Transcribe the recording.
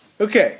Okay